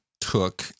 took